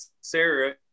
Sarah